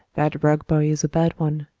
that rugg boy is a bad one,